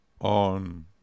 on